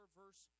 verse